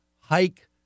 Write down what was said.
hike